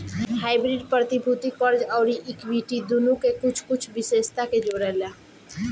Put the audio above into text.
hybrid प्रतिभूति, कर्ज अउरी इक्विटी दुनो के कुछ कुछ विशेषता के जोड़ेला